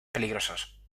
peligrosos